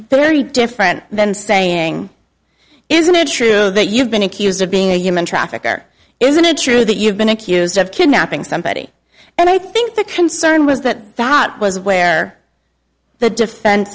very different than saying isn't it true that you've been accused of being a human traffic or isn't it true that you've been accused of kidnapping somebody and i think the concern was that dot was where the defense